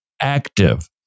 active